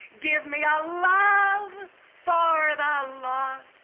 give me ah a love for the lost.